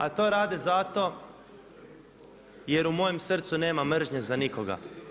A to rade zato jer u mojem srcu nema mržnje za nikoga.